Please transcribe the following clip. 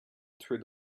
through